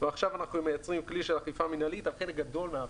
ועכשיו אנחנו מייצרים כלי של אכיפה מינהלית על חלק גדול מהעבירות.